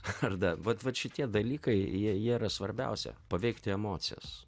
ar dar vat vat šitie dalykai jie jie yra svarbiausia paveikti emocijas